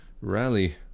rally